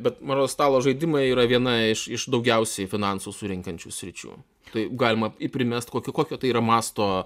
bet man rodos stalo žaidimai yra viena iš iš daugiausiai finansų surenkančių sričių tai galima primesti kokio kokio tai yra masto